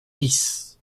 bis